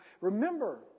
Remember